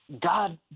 God